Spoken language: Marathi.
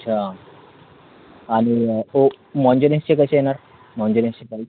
अच्छा आणि ओ मॉंजिनिसचे कसे येणार मॉंजेनिसचे काही